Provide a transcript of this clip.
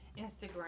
Instagram